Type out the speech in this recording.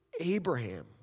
Abraham